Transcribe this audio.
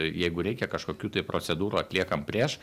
jeigu reikia kažkokių tai procedūrų atliekam prieš